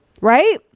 Right